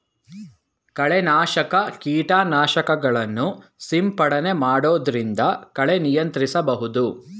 ಕಳೆ ನಾಶಕ ಕೀಟನಾಶಕಗಳನ್ನು ಸಿಂಪಡಣೆ ಮಾಡೊದ್ರಿಂದ ಕಳೆ ನಿಯಂತ್ರಿಸಬಹುದು